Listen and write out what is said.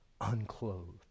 unclothed